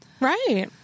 Right